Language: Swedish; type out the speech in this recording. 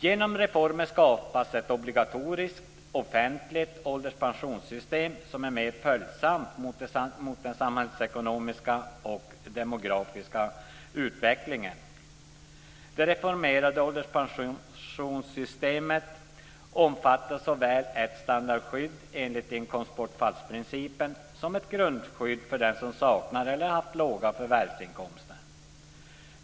Genom reformen skapades ett obligatoriskt offentligt ålderspensionssystem som är mer följsamt mot den samhällsekonomiska och demografiska utvecklingen. Det reformerade ålderspensionssystemet omfattar såväl ett standardskydd enligt inkomstbortfallsprincipen som ett grundskydd för dem som saknat eller haft låga förvärvsinkomster.